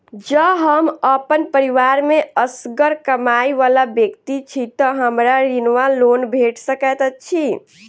जँ हम अप्पन परिवार मे असगर कमाई वला व्यक्ति छी तऽ हमरा ऋण वा लोन भेट सकैत अछि?